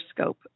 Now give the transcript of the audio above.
scope